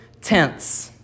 tense